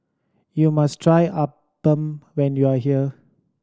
you must try appam when you are here